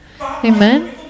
Amen